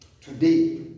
Today